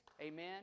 Amen